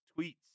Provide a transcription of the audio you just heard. tweets